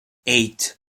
eight